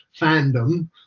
fandom